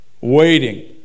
waiting